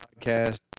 podcast